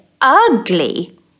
ugly